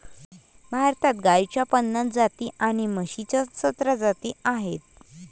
भारतात गाईच्या पन्नास जाती आणि म्हशीच्या सतरा जाती आहेत